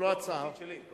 פרטית שלי.